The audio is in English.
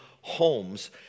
homes